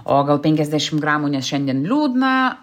o gal penkisdešim gramų nes šiandien liūdna